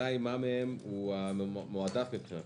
מה הוא המועדף מבחינתכם?